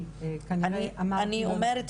אני שואלת,